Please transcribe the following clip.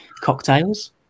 cocktails